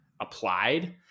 applied